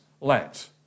let